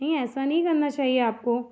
नहीं ऐसा नहीं करना चाहिए आपको